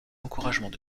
encouragements